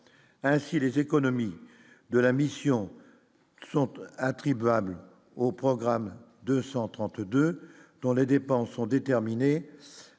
ainsi les économies de la mission, son toit attribuables au programme 232 dont les dépenses sont déterminées